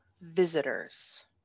visitors